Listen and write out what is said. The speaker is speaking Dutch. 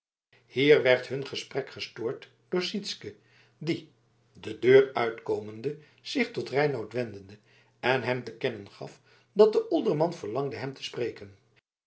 hier werd hun gesprek gestoord door sytsken die de deur uitkomende zich tot reinout wendde en hem te kennen gaf dat de olderman verlangde hem te spreken